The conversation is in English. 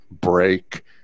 break